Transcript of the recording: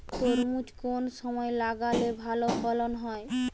তরমুজ কোন সময় লাগালে ভালো ফলন হয়?